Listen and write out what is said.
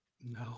no